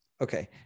Okay